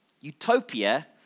Utopia